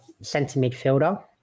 centre-midfielder